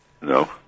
No